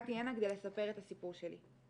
הגעתי הנה כדי לספר את הסיפור שלי.